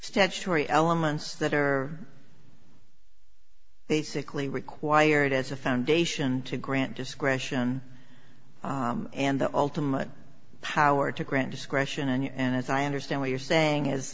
statutory elements that are basically required as a foundation to grant discretion and the ultimate power to grant discretion and as i understand what you're saying is